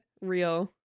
real